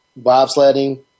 bobsledding